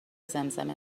زمزمه